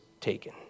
taken